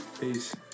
Peace